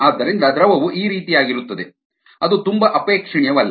ಆದ್ದರಿಂದ ದ್ರವವು ಈ ರೀತಿಯಾಗಿರುತ್ತದೆ ಅದು ತುಂಬಾ ಅಪೇಕ್ಷಣೀಯವಲ್ಲ